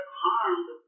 harmed